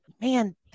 man